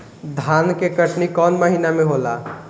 धान के कटनी कौन महीना में होला?